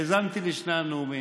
האזנתי לשני הנאומים.